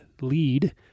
Lead